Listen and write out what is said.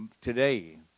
today